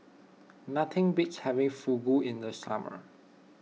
nothing beats having Fugu in the summer